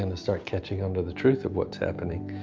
and to start catching onto the true of what's happening,